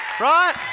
Right